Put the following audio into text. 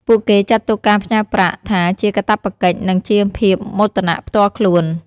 ពួកគេចាត់ទុកការផ្ញើប្រាក់ថាជាកាតព្វកិច្ច និងជាភាពមោទនផ្ទាល់ខ្លួន។